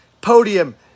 podium